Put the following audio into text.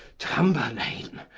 tamburlaine,